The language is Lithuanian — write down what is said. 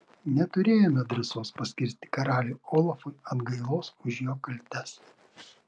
neturėjome drąsos paskirti karaliui olafui atgailos už jo kaltes